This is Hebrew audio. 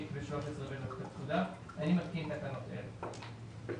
ו-13(ב) לפקודה, אני מתקין תקנות אלה: